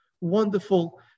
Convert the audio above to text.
wonderful